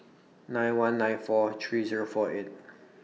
nine one nine four three Zero four eight